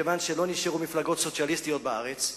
מכיוון שלא נשארו מפלגות סוציאליסטיות בארץ,